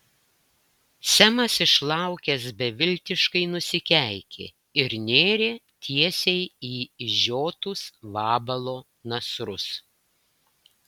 semas išlaukęs beviltiškai nusikeikė ir nėrė tiesiai į išžiotus vabalo nasrus